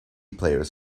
players